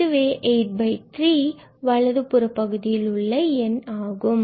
இதுவே 83 வலதுபுற பகுதியில் உள்ள எண் ஆகும்